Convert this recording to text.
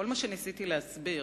כל מה שניסיתי להסביר